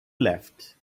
left